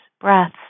breaths